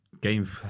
game